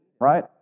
right